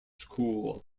school